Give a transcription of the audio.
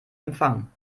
empfang